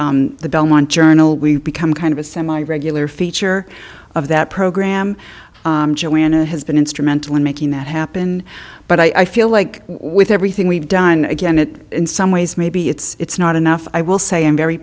and the belmont journal we've become kind of a semi regular feature of that program joanna has been instrumental in making that happen but i feel like with everything we've done again it in some ways maybe it's not enough i will say i'm very